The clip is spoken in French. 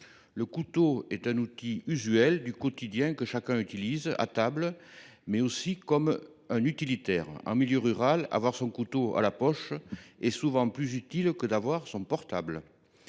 Le couteau est un outil usuel du quotidien que chacun utilise à table, mais aussi comme un instrument utilitaire. En milieu rural, avoir son couteau dans la poche est souvent plus utile qu’avoir un portable.